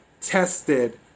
tested